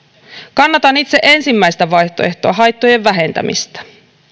kannatan itse ensimmäistä vaihtoehtoa haittojen vähentämistä